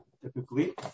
Typically